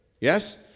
yes